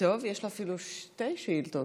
לו אפילו שתי שאילתות.